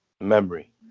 Memory